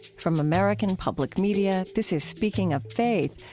from american public media this is speaking of faith,